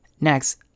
Next